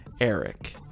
Eric